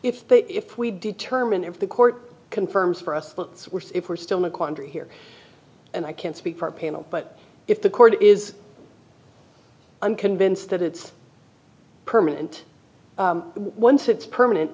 if they if we determine if the court confirms for us what's worse if we're still a quandary here and i can't speak for payment but if the court is i'm convinced that it's permanent once it's permanent